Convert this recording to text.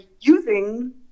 using